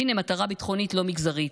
הינה מטרה ביטחונית לא מגזרית.